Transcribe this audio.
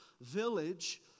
village